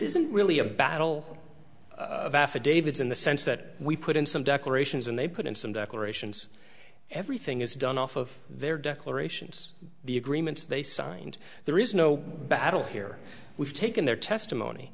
isn't really a battle of affidavits in the sense that we put in some declarations and they put in some declarations everything is done off of their declarations the agreements they signed there is no battle here we've taken their testimony